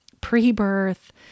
pre-birth